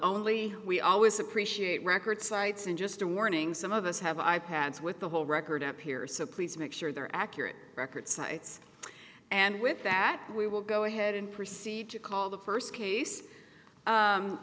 only we always appreciate record cites in just a warning some of us have i pads with the whole record up here so please make sure they're accurate record sites and with that we will go ahead and proceed to call the first case